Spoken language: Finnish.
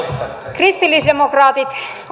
kristillisdemokraatit